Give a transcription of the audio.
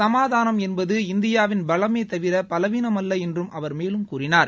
சமாதானம் என்பது இந்தியாவின் பலமே தவிர பலவீனம் அல்ல என்றும் அவர் மேலும் கூறினார்